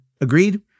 Agreed